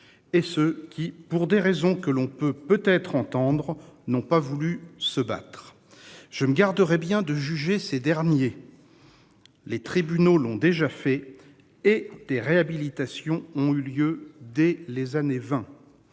et ceux qui pour des raisons que l'on peut peut-être être entendre n'ont pas voulu se battre, je me garderais bien de juger ces derniers. Les tribunaux l'ont déjà fait et des réhabilitations ont eu lieu dès les années 20.